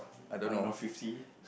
I don't know fifty